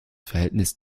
verhältnis